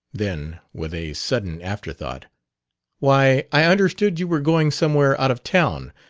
then, with a sudden afterthought why, i understood you were going somewhere out of town.